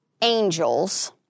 angels